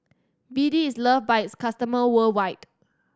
B D is loved by its customers worldwide